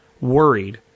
worried